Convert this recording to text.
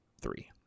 three